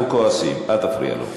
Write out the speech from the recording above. גם אם אנחנו כועסים, אל תפריע לו.